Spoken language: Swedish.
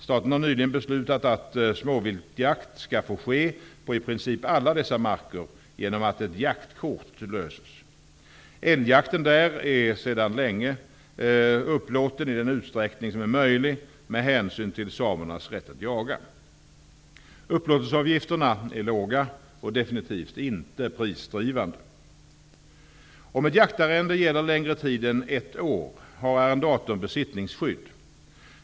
Staten har nyligen beslutat att småviltsjakt skall få ske på i princip alla dessa marker genom att ett jaktkort löses. Älgjakten där är sedan länge upplåten i den utsträckning som är möjlig med hänsyn till samernas rätt att jaga. Upplåtelseavgifterna är låga och definitivt inte prisdrivande. Om ett jaktarrende gäller längre tid än ett år har arrendatorn besittningsskydd.